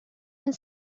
and